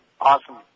Awesome